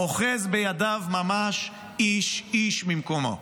אוחז בידיו ממש איש-איש ממקומו.